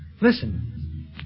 Listen